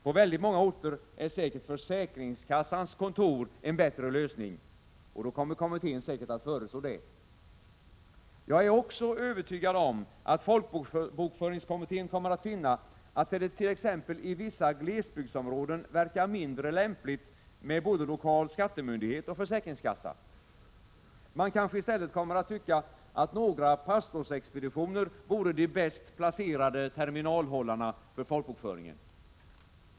På väldigt många orter är säkert försäkringskassans kontor en bättre lösning — och då kommer kommittén säkert att föreslå det. Jag är övertygad om, att folkbokföringskommittén också kommer att finna, att det t.ex. i vissa glesbygdsområden verkar mindre lämpligt med både lokal skattemyndighet och försäkringskassa. Man kanske i stället kommer att tycka, att några pastorsexpeditioner vore de bäst placerade terminalhållarna för folkbokföringen.